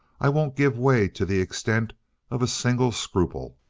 i won't give way to the extent of a single scruple.